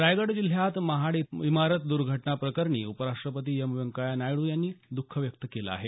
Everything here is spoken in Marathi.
रायगड जिल्ह्यात महाड इमारत दुर्घटना प्रकरणी उपराष्ट्रपती एम व्यंकय्या नायडू यांनी द्ख व्यक्त केलं आहे